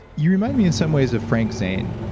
you remind me in some ways of frank zane,